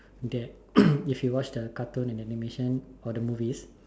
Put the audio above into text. that if you watch the cartoon the animations or the movies